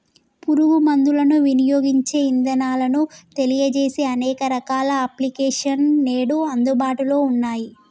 పురుగు మందులను వినియోగించే ఇదానాలను తెలియజేసే అనేక రకాల అప్లికేషన్స్ నేడు అందుబాటులో ఉన్నయ్యి